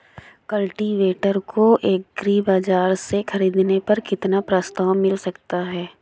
Cultivator को agri बाजार से ख़रीदने पर कितना प्रस्ताव मिल सकता है?